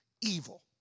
evil